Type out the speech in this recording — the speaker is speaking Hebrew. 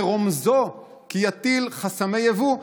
ברומזו כי יטיל חסמי יבוא.